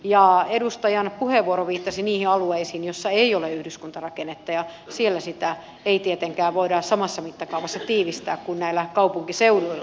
ja edustajan puheenvuoro viittasi niihin alueisiin joilla ei ole yhdyskuntarakennetta ja siellä sitä ei tietenkään voida samassa mittakaavassa tiivistää kuin näillä kaupunkiseuduilla